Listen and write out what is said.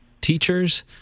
teachers